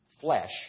flesh